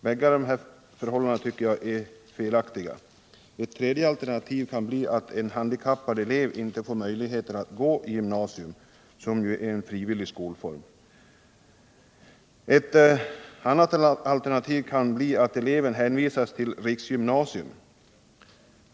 Bägge dessa förhållanden tycker jag är felaktiga. Andra alternativ kan bli att en handikappad elev inte får möjligheter att gå i gymnasium, som ju är en frivillig skolform, eller att eleven hänvisas till riksgymnasium.